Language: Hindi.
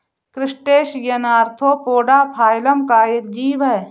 क्रस्टेशियन ऑर्थोपोडा फाइलम का एक जीव है